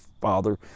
father